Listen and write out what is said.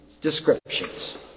descriptions